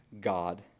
God